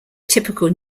typical